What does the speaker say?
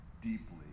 deeply